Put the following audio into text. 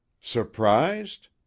Surprised